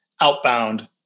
outbound